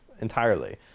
entirely